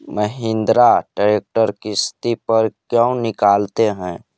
Mahindra tractor किसति पर क्यों निकालते हैं?